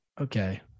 okay